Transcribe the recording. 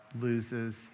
loses